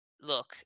Look